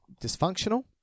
dysfunctional